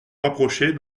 rapprochait